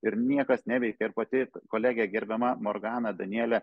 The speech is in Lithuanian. ir niekas neveikė ir pati kolegė gerbiama morgana danielė